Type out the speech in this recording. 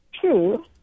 True